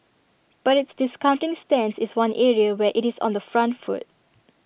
but its discounting stance is one area where IT is on the front foot